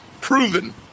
proven